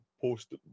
post